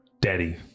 Daddy